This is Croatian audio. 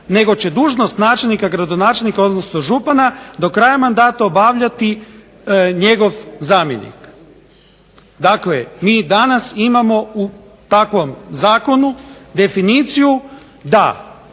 nego će dužnost načelnika, gradonačelnika, odnosno župana do kraja mandata obavljati njegov zamjenik. Dakle, mi danas imamo u takvom zakonu definiciju da